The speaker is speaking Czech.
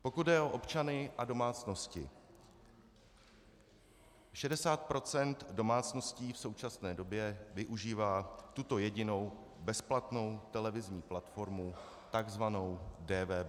Pokud jde o občany a domácnosti, 60 procent domácností v současné době využívá tuto jedinou bezplatnou televizní platformu, tzv. DVBT.